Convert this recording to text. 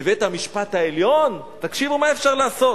בבית-המשפט העליון, תקשיבו מה אפשר לעשות: